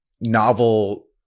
novel